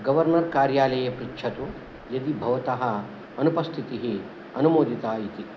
governor कार्यालये पृच्छतु यदि भवतः अनुपस्थितिः अनुमोदिता इति